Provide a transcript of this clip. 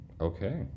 Okay